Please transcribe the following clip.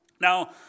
Now